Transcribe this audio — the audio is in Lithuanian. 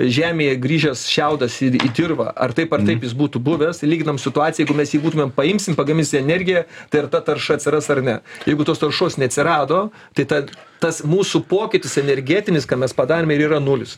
žemėje grįžęs šiaudas į į dirvą ar taip ar taip jis būtų buvęs lyginam situaciją jeigu mes jį būtumėm paimsim pagaminsi energiją tai ar ta tarša atsiras ar ne jeigu tos taršos neatsirado tai ta tas mūsų pokytis energetinis ką mes padarėme ir yra nulis